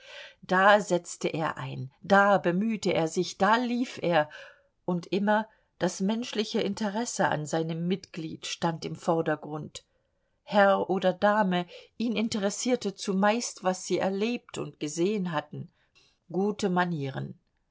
da setzte er ein da bemühte er sich da lief er und immer das menschliche interesse an seinem mitglied stand im vordergrund herr oder dame ihn interessierte zumeist was sie erlebt und gesehen hatten gute manieren